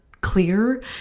clear